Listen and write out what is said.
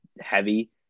heavy